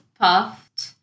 puffed